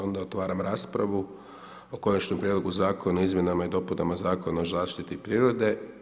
Otvaram rasprava o Konačnom prijedlogu zakona o izmjenama i dopunama Zakona o zaštiti prirode.